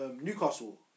Newcastle